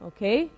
Okay